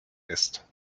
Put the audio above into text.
ist